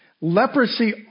leprosy